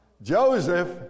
Joseph